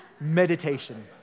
meditation